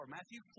Matthew